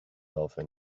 yourself